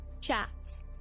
chat